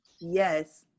Yes